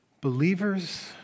Believers